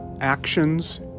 actions